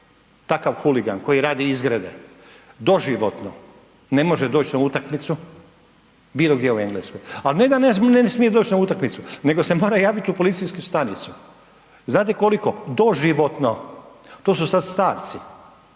takav huligan koji radi izgrede doživotno ne može doći na utakmicu bilo gdje u Engleskoj, a ne da ne smije doći na utakmicu, nego se mora javiti u policijsku stanicu. Znate koliko? Doživotno. To su sada starci,